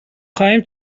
خواهیم